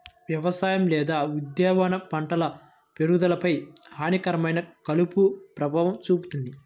వ్యవసాయ లేదా ఉద్యానవన పంటల పెరుగుదలపై హానికరమైన కలుపు ప్రభావం చూపుతుంది